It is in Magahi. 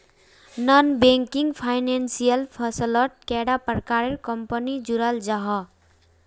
नॉन बैंकिंग फाइनेंशियल फसलोत कैडा प्रकारेर कंपनी जुराल जाहा?